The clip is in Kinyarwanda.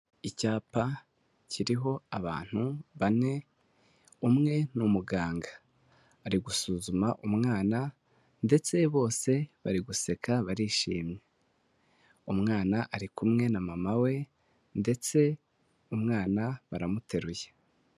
Icyapa kiriho abantu bane, umwe ni umuganga ari gusuzuma umwana, ndetse bose bari guseka barishimye, umwana ari kumwe na mama we ndetse umwana baramuteruye.